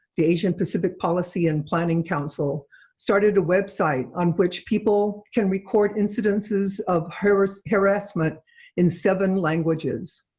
the asian pacific policy and planning council started a website on which people can record incidences of harassment harassment in seven languages.